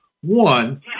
One